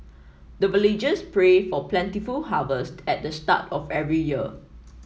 the villagers pray for plentiful harvest at the start of every year